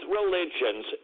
religions